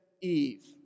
Eve